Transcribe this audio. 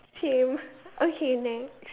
same okay next